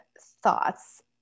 thoughts